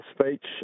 speech